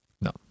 no